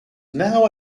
now